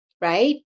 right